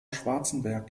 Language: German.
schwarzenberg